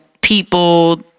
people